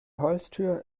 holztür